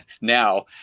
now